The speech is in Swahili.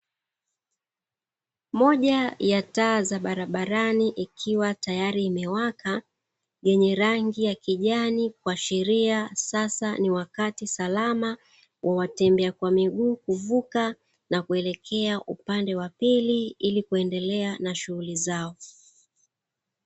Moja ya taa za barabarani ikiwa tayari imewaka, yenye rangi ya kijani ikiashiria ria sasa ni wakati salama watembea kwa miguu na kuelekea upande wa pili, ili kuendelea na shughuli zao.